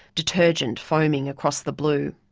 detergent foaming across the blue.